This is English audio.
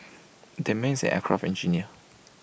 that man is aircraft engineer